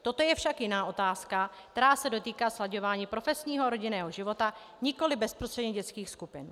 Toto je však jiná otázka, která se dotýká slaďování profesního a rodinného života, nikoliv bezprostředně dětských skupin.